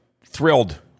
thrilled